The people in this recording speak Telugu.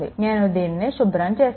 నేను దీనిని శుభ్రం చేస్తాను